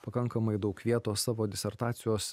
pakankamai daug vietos savo disertacijos